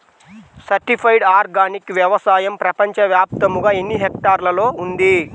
Certified organic వ్యవసాయం ప్రపంచ వ్యాప్తముగా ఎన్నిహెక్టర్లలో ఉంది?